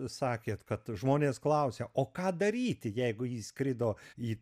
sakėt kad žmonės klausia o ką daryti jeigu įskrido į